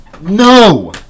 No